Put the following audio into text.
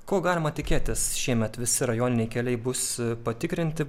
ko galima tikėtis šiemet visi rajoniniai keliai bus patikrinti